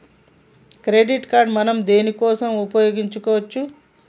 Credit card మనం దేనికోసం ఉపయోగించుకోవచ్చు?